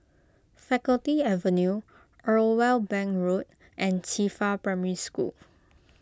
Faculty Avenue Irwell Bank Road and Qifa Primary School